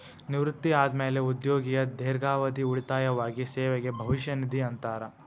ನಿವೃತ್ತಿ ಆದ್ಮ್ಯಾಲೆ ಉದ್ಯೋಗಿಯ ದೇರ್ಘಾವಧಿ ಉಳಿತಾಯವಾಗಿ ಸೇವೆಗೆ ಭವಿಷ್ಯ ನಿಧಿ ಅಂತಾರ